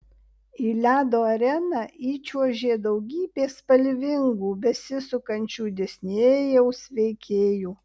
į ledo areną įčiuožė daugybė spalvingų besisukančių disnėjaus veikėjų